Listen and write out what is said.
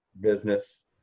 business